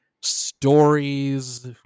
stories